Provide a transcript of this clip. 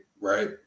right